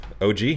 OG